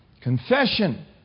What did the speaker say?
confession